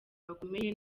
bakomeye